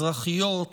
אזרחיות,